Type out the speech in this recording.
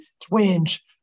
twinge